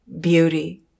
beauty